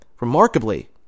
Remarkably